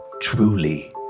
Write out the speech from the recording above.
truly